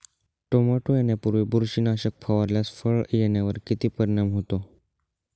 Tomato येण्यापूर्वी बुरशीनाशक फवारल्यास फळ येण्यावर किती परिणाम होतो?